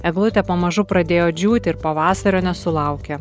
eglutė pamažu pradėjo džiūti ir pavasario nesulaukė